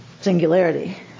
singularity